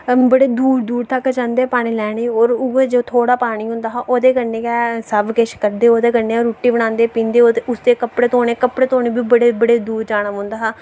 बडे़ दूर दूर तक जंदे है पानी लैने गी ओर उत्थै बी थोहड़ा पानी होदा हा ओहदे कन्नै गै सब किश करदे हे ओहदे कन्नै गै रुट्टी बनादे पींदे उस कन्नै गै कपड़े धोने कपड़े बी बडे दूर जाना पौंदां हा